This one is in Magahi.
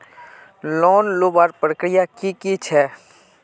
लोन लुबार प्रक्रिया की की छे?